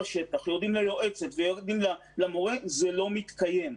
ליועצת זה לא מתקיים.